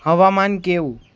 હવામાન કેવું